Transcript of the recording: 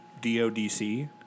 DODC